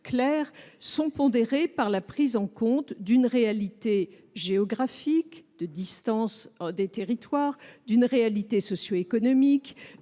sont pondérés par la prise en compte d'une réalité géographique- les distances entre territoires -, d'une réalité socio-économique